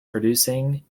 producing